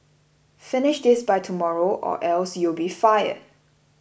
finish this by tomorrow or else you'll be fired